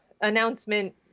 announcement